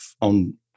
on